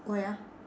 why ah